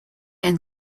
and